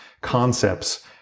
concepts